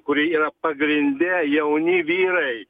kurie yra pagrinde jauni vyrai